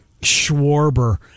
Schwarber